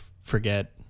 forget